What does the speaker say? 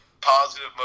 positive